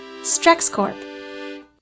Strexcorp